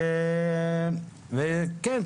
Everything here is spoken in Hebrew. וכן,